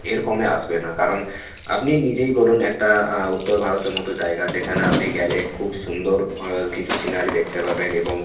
এর কমে আসবে না কারণ আপনি নিজেই বলুন একটা উত্তর ভারতের মতো জায়গা যেখানে আপনি গেলে খুব সুন্দর কিছু সিনারি দেখতে পাবেন এবং